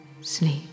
sleep